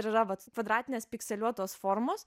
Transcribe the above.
ir yra vat kvadratinės piksėliuotos formos